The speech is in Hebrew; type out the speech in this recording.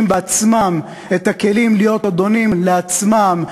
בעצמם את הכלים להיות אדונים לעצמם,